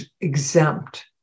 exempt